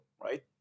right